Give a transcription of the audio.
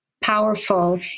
powerful